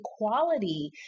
equality